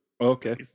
Okay